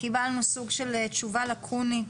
קיבלנו סוג של תשובה לקונית,